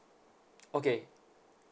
okay